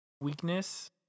weakness